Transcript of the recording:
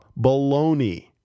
Baloney